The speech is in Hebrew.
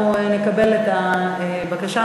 אנחנו נקבל את הבקשה.